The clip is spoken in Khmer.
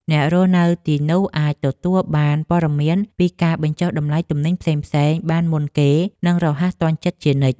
អ្នករស់នៅទីនោះអាចទទួលបានព័ត៌មានពីការបញ្ចុះតម្លៃទំនិញផ្សេងៗបានមុនគេនិងរហ័សទាន់ចិត្តជានិច្ច។